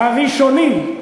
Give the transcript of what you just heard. הראשונים.